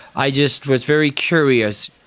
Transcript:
i just was very curious.